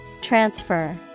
Transfer